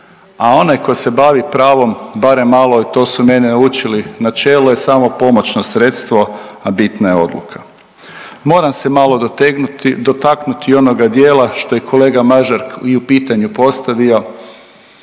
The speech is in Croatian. a onaj tko se bavi pravom barem malo i to su mene naučili, načelo je samo pomoćno sredstvo, a bitna je odluka. Moram se malo dotegnuti, dotaknuti i onoga dijela što je kolega Mažar i u pitanju postavio